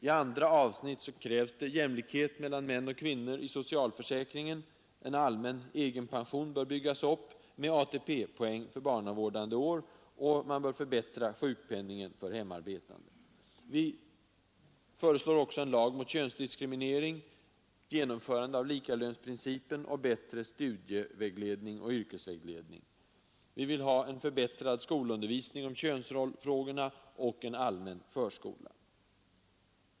I andra avsnitt krävs jämlikhet mellan män och kvinnor inom socialförsäkringen, att en allmän egenpension bör byggas upp, med ATP-poäng för barnavårdande år, och att sjukpenningen för hemarbetande bör förbättras. Vi föreslår också en lag mot könsdiskriminering, genomförande av likalönsprincipen och bättre studierådgivning och yrkesvägledning. Vi vill ha en förbättrad skolundervisning om könsrollsfrågorna och en allmän förskola.